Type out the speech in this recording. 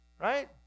right